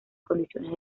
condiciones